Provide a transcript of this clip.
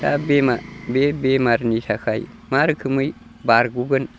दा बेमार बे बेमारनि थाखाय मा रोखोमै बारग'गोन